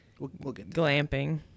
glamping